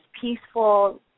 peaceful